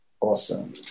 Awesome